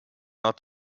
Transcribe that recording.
not